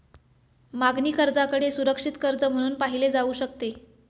मागणी कर्जाकडे सुरक्षित कर्ज म्हणून पाहिले जाऊ शकते